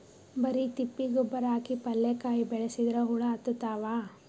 ಬರಿ ತಿಪ್ಪಿ ಗೊಬ್ಬರ ಹಾಕಿ ಪಲ್ಯಾಕಾಯಿ ಬೆಳಸಿದ್ರ ಹುಳ ಹತ್ತತಾವ?